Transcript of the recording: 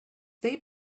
they